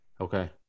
okay